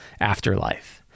afterlife